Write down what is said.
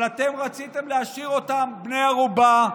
אבל אתם רציתם להשאיר אותם בני ערובה,